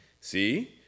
See